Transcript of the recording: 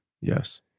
Yes